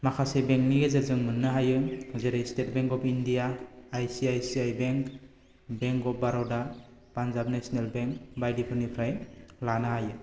माखासे बेंकनि गेजेरजों मोन्नो हायो जेरै state bank of India ICICI bank bank of Baroda Punjab national bank बायदिफोरनिफ्राय लानो हायो